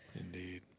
Indeed